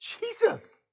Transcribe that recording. Jesus